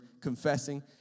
confessing